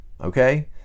Okay